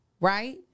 right